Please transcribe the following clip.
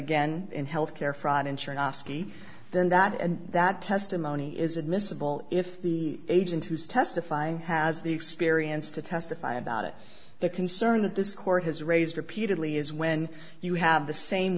again in health care fraud ensure not ski then that and that testimony is admissible if the agent who's testifying has the experience to testify about it the concern that this court has raised repeat oddly is when you have the same